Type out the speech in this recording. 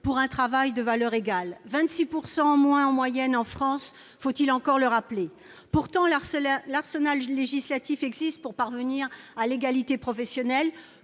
pour un travail de valeur égale : elles perçoivent en moyenne 26 % en moins en France- faut-il encore le rappeler ? Pourtant, l'arsenal législatif existe pour parvenir à l'égalité professionnelle.